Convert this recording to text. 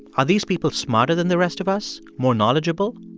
are these people smarter than the rest of us, more knowledgeable?